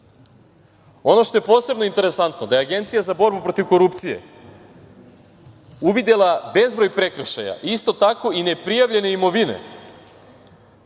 Ono što je posebno interesantno da je Agencija za borbu protiv korupcije uvidela bezbroj prekršaja, isto tako i ne prijavljene imovine,